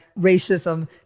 racism